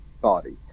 body